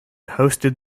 hosted